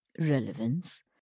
Relevance